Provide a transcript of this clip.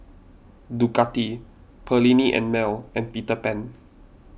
Ducati Perllini and Mel and Peter Pan